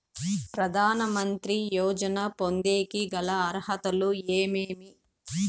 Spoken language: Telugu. ప్రధాన మంత్రి యోజన పొందేకి గల అర్హతలు ఏమేమి?